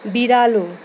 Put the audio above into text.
बिरालो